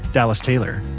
dallas taylor.